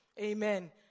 amen